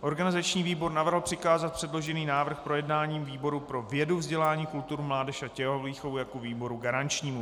Organizační výbor navrhl přikázat předložený návrh k projednání výboru pro vědu, vzdělání, kulturu, mládež a tělovýchovu jako výboru garančnímu.